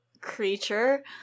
creature